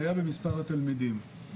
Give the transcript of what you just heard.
שהיה במספר התלמידים.